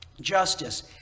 Justice